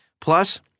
plus